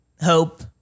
hope